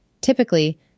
Typically